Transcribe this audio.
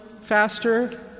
faster